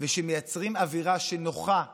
ושמייצרים אווירה שנוחה לשלטון,